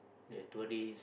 the tourist